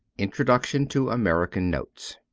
introduction to american notes